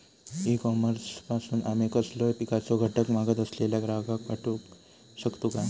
E commerce पासून आमी कसलोय पिकाचो घटक मागत असलेल्या ग्राहकाक पाठउक शकतू काय?